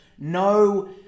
No